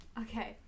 Okay